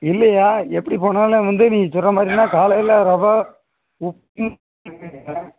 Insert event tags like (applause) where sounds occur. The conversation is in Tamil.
இல்லைய்யா எப்படிப் போனாலும் வந்து நீ சொல்கிற மாதிரின்னா காலையில் ரவா உப்புமா (unintelligible)